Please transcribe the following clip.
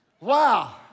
Wow